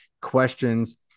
questions